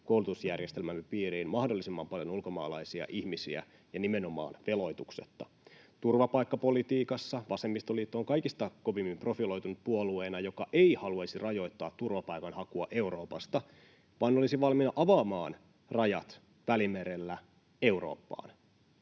koulutusjärjestelmämme piiriin mahdollisimman paljon ulkomaalaisia ihmisiä ja nimenomaan veloituksetta. Turvapaikkapolitiikassa vasemmistoliitto on kaikista kovimmin profiloitunut puolueena, joka ei haluaisi rajoittaa turvapaikan hakua Euroopasta, vaan olisi valmis avaamaan rajat Välimerellä Eurooppaan.